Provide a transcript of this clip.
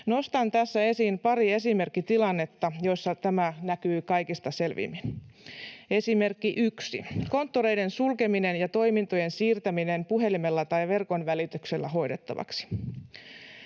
Nostan tässä esiin pari esimerkkitilannetta, joissa tämä näkyy kaikista selvimmin. Esimerkki 1: konttoreiden sulkeminen ja toimintojen siirtäminen puhelimella tai verkon välityksellä hoidettavaksi.